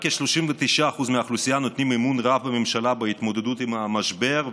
רק כ-39% מהאוכלוסייה נותנים אמון רב בממשלה בהתמודדות עם המשבר,